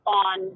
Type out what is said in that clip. on